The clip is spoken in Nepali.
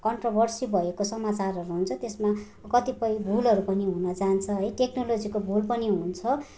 कन्ट्रोभर्सी भएको समाचारहरू हुन्छ त्यसमा कतिपय भुलहरू पनि हुन जान्छ है टेक्नोलोजीको भुल पनि हुन्छ